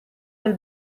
del